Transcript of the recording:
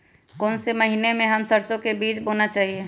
कौन से महीने में हम सरसो का बीज बोना चाहिए?